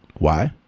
why?